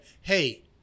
hey